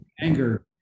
anger